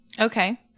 Okay